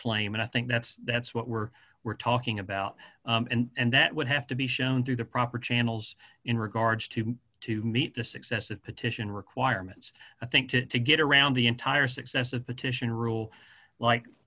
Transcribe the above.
claim and i think that's that's what we're we're talking about and that would have to be shown through the proper channels in regards to to meet the success of petition requirements i think to to get around the entire success of petition rule like